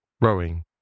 rowing